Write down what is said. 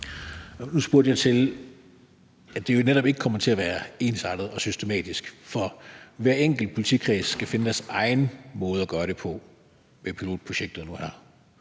Nu spurgte jeg til, at det jo netop ikke kommer til at være ensartet og systematisk, for hver enkelt politikreds skal finde deres egen måde at gøre det på med pilotprojektet nu her.